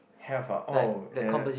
have ah oh uh